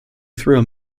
through